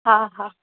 हा हा हा